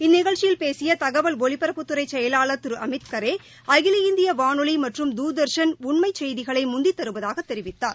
இந்நிகழ்ச்சியில் பேசியதகவல் ஒலிபரப்புத்துறைசெயலாளர் திருஅமித்கரே அகில இந்தியவானொலிமற்றும் துர்தர்ஷன் உண்மைசெய்திகளைமுந்தித் தருவதாகத் தெரிவித்தார்